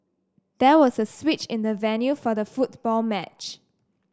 there was a switch in the venue for the football match